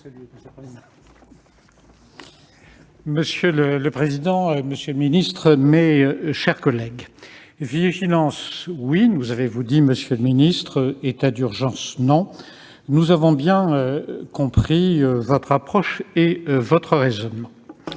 Monsieur le président, monsieur le ministre, mes chers collègues, oui à la vigilance, nous avez-vous dit, monsieur le ministre, mais non à l'état d'urgence. Nous avons bien compris votre approche et votre raisonnement.